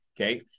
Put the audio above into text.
okay